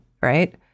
right